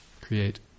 create